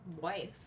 wife